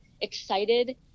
excited